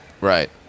Right